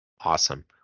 Awesome